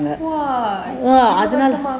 !wah! இலவசமா:ilavasamaa